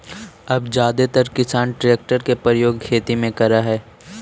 अब जादेतर किसान ट्रेक्टर के प्रयोग खेती में करऽ हई